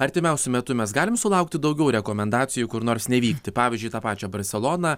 artimiausiu metu mes galim sulaukti daugiau rekomendacijų kur nors nevykti pavyzdžiui į tą pačią barseloną